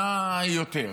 מה היא יותר?